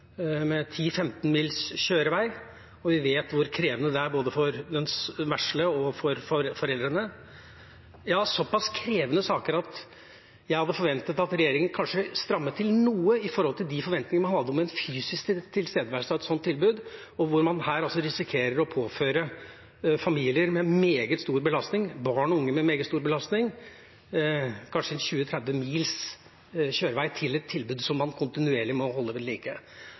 mils kjørevei, og vi vet hvor krevende det er både for den vesle og for foreldrene. Det er såpass krevende saker at jeg hadde forventet at regjeringa kanskje strammet til noe med tanke på de forventningene man hadde til en fysisk tilstedeværelse av et slikt tilbud, og hvor man her risikerer å påføre familier – barn og unge – en meget stor belastning, med kanskje 20–30 mils kjørevei til et tilbud som man kontinuerlig må holde